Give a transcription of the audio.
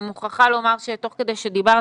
אני מוכרחה לומר שתוך כדי זה שדיברת